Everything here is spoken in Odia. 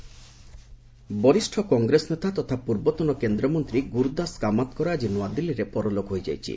କମାତ୍ ବରିଷ୍ଣ କଂଗ୍ରେସ ନେତା ତଥା ପୂର୍ବତନ କେନ୍ଦ୍ରମନ୍ତ୍ରୀ ଗ୍ରର୍ତଦାସ କାମାତ୍ଙ୍କର ଆଜି ନ୍ଆଦିଲ୍ଲୀଠାରେ ପରଲୋକ ହୋଇଯାଇଛି